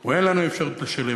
או אין לנו אפשרות לשלם.